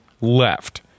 left